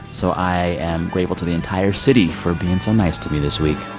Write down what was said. so i am grateful to the entire city for being so nice to me this week